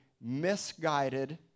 misguided